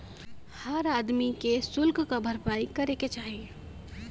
हर आदमी के सुल्क क भरपाई करे के चाही